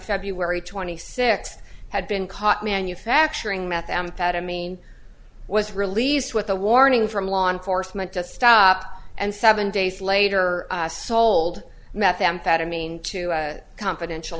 february twenty sixth had been caught manufacturing methamphetamine was released with a warning from law enforcement to stop and seven days later sold methamphetamine to a confidential